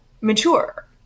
mature